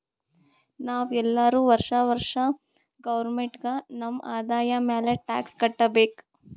ನಾವ್ ಎಲ್ಲೋರು ವರ್ಷಾ ವರ್ಷಾ ಗೌರ್ಮೆಂಟ್ಗ ನಮ್ ಆದಾಯ ಮ್ಯಾಲ ಟ್ಯಾಕ್ಸ್ ಕಟ್ಟಬೇಕ್